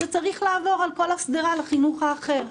זה צריך לעבור על כל השדרה לחינוך האחר.